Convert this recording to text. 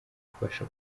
kubasha